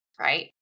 right